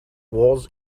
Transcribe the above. was